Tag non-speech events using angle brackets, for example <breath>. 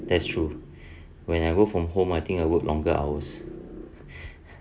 that's true when I work from home I think I work longer hours <breath>